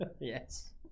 Yes